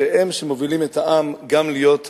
שהם אלה שמובילים את העם גם להיות מחונך.